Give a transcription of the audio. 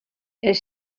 els